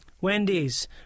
Wendy's